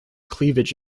cleavage